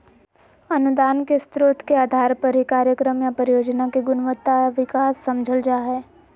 अनुदान के स्रोत के आधार पर ही कार्यक्रम या परियोजना के गुणवत्ता आर विकास समझल जा हय